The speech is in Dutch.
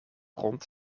rond